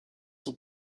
sont